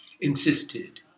insisted